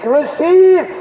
receive